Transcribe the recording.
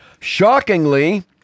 Shockingly